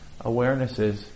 awarenesses